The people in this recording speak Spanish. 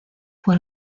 fue